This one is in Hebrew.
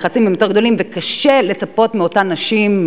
הלחצים יותר גדולים וקשה לאותן נשים,